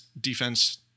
defense